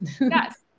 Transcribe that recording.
Yes